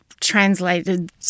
translated